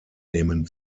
nehmen